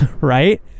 Right